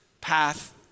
path